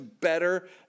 better